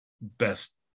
best